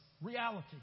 reality